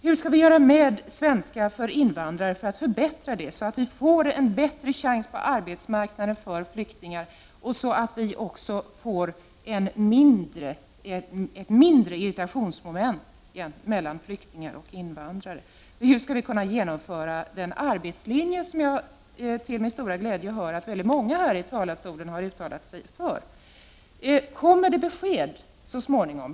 Hur skall vi göra med svenska för invandrare för att förbättra undervisningen, för att flyktingarna skall få en bättre chans på arbetsmarknaden och för att vi också får mindre irritationsmoment mellan flyktingar och invandrare? Hur skulle vi kunna genomföra den arbetslinje som jag till min stora glädje hör att många här i talarstolen har uttalat sig för? Kommer det besked så småningom?